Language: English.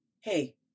hey